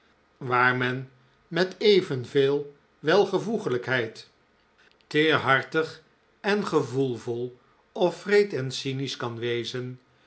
waar men met even veel p p welvoeglijkheid teerhartig en gevoelvol of wreed en cynisch kan wezen